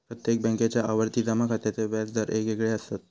प्रत्येक बॅन्केच्या आवर्ती जमा खात्याचे व्याज दर येगयेगळे असत